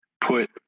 put